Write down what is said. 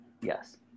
Yes